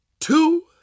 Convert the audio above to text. two